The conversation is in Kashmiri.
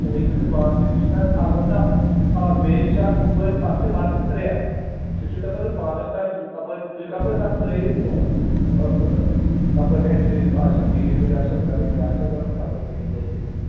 سُہ ہیٚکِو تُہۍ پانہٕ تہِ وُچھِتھ اَلبتہٕ آ بیٚیہِ چھِ اَتھ ہُپٲرۍ اَتھ چھِ وَتہٕ ترٛےٚ سُہ چھُ تۅہہِ پتہٕ پانَس تانۍ تُہۍ کَپٲرۍ تُہۍ کپٲرۍ تَتھ ترٛٲوِو تہِ مطلب کَپٲرۍ اینٛٹری آسیو ڈیٖڈ ویٖڈ آسیو کَرٕنۍ کیٛاہ آسیو کَرُن تَپٲرۍ تہِ ہیٚکِو لٲگِتھ